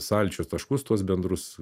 sąlyčio taškus tuos bendrus